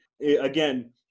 again